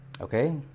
Okay